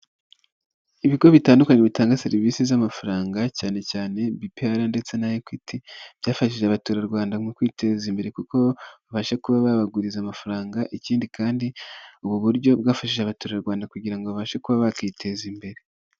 Ibigo bitandukanye bitanga serivisi z'amafaranga cyane cyane BPR ndetse na Equity byafashije abatura Rwanda mu kwiteza imbere kuko babasha kuba babaguriza amafaranga ikindi kandi ubu buryo bwafashije abatura Rwanda kugira babashe kuba bakiteza imbere.